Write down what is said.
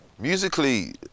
Musically